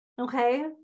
okay